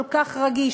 כל כך רגיש,